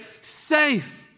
safe